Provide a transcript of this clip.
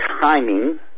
timing